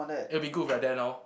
it'll be good if you are there now